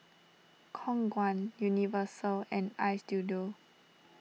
Khong Guan Universal and Istudio